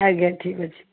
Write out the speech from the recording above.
ଆଜ୍ଞା ଠିକ୍ ଅଛି